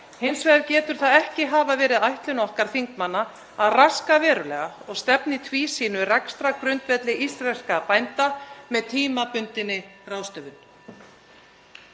Hins vegar getur það ekki hafa verið ætlun okkar þingmanna að raska verulega og tefla í tvísýnu rekstrargrundvelli íslenskra bænda með tímabundinni ráðstöfun.